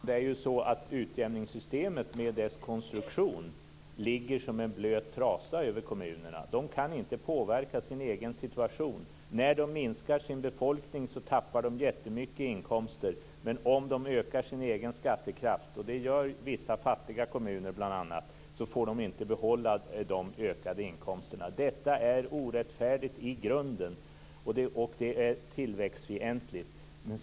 Herr talman! Utjämningssystemet med dess konstruktion ligger som en blöt trasa över kommunerna. De kan inte påverka sin egen situation. När de minskar sin befolkning tappar de jättemycket inkomster. Om de ökar sin egen skattekraft - det gör bl.a. vissa fattiga kommuner - får de inte behålla de ökade inkomsterna. Detta är i grunden orättfärdigt, och det är tillväxtfientligt.